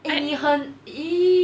eh 你很 !ee!